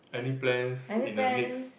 any plans in the next